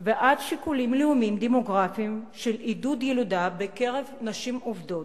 ועד שיקולים לאומיים דמוגרפיים של עידוד ילודה בקרב נשים עובדות.